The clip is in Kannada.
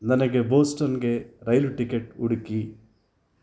ನನಗೆ ಬೋಸ್ಟನ್ಗೆ ರೈಲು ಟಿಕೆಟ್ ಹುಡುಕಿ